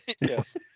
Yes